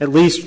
at least